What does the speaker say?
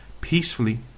peacefully